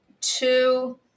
two